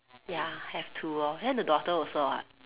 ya have to lor then the daughter also [what]